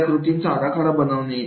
त्या कृतींचा आराखडा बनवणे